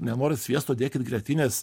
nenorit sviesto dėkit grietinės